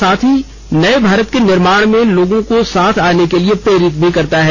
साथ ही नए भारत के निर्माण में लोगों को साथ आने के लिए प्रेरित करता है